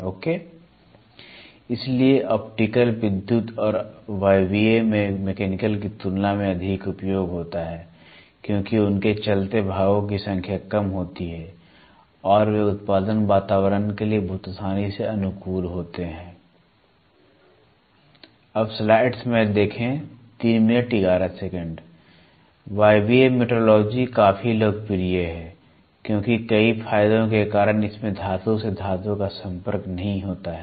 okay इसलिए optical विद्युत और वायवीय में मैकेनिकल की तुलना में अधिक उपयोग होता है क्योंकि उनके चलते भागों की संख्या कम होती है और वे उत्पादन वातावरण के लिए बहुत आसानी से अनुकूल होते ह वायवीय मेट्रोलॉजी काफी लोकप्रिय है क्योंकि कई फायदों के कारण इसमें धातु से धातु का संपर्क नहीं है